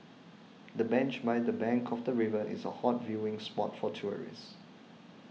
the bench by the bank of the river is a hot viewing spot for tourists